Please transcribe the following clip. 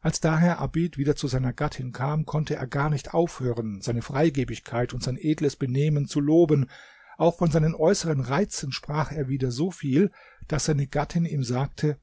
als daher abid wieder zu seiner gattin kam konnte er gar nicht aufhören seine freigebigkeit und sein edles benehmen zu loben auch von seinen äußeren reizen sprach er wieder so viel daß seine gattin ihm sagte